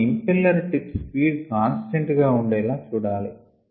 మనం impeller tip speed constant గా ఉండేలా చూడాలి